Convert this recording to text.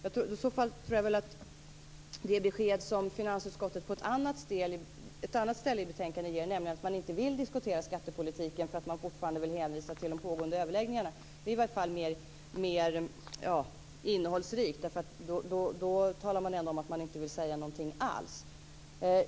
I så fall tycker jag att det besked som finansutskottet ger på ett annat ställe i betänkandet, nämligen att man inte vill diskutera skattepolitiken eftersom man hänvisar till de pågående överläggningarna, är mer innehållsrikt. Då talar man ändå om att man inte vill säga något alls.